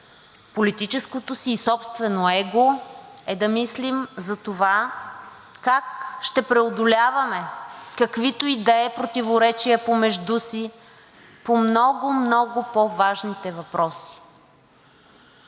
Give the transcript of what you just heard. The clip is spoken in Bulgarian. политическото и собственото си его, е да мислим за това как ще преодоляваме каквито и да е противоречия помежду си по много, много по-важните въпроси.